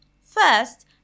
first